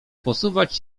posuwać